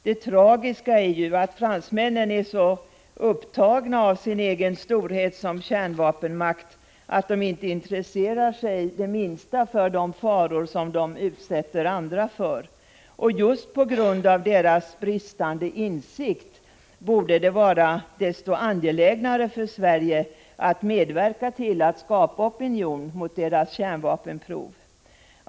Det tragiska är ju att fransmännen är så upptagna av sin egen storhet som kärnvapenmakt att de inte intresserar sig det minsta för de faror som de utsätter andra för. Just på grund av deras brist på insikt borde det vara desto mer angeläget för Sverige att medverka till att skapa opinion mot deras kärnvapenprov.